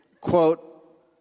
quote